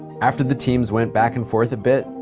after the teams went back and forth a bit,